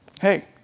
hey